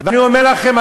אני אומר לכם,